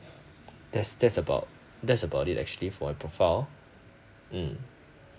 that's that's about that's about it actually for a profile mm